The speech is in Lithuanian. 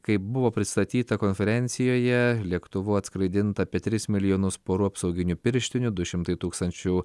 kaip buvo pristatyta konferencijoje lėktuvu atskraidinta apie tris milijonus porų apsauginių pirštinių du šimtai tūkstančių